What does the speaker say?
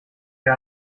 wir